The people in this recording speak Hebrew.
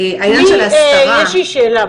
העניין של ההסתרה --- יש לי שאלה,